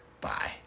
Bye